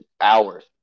hours